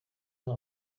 hari